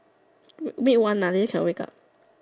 meet one lah later cannot wake up